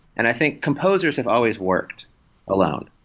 and i think composers have always worked alone,